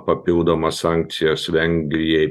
papildomas sankcijas vengrijai